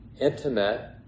intimate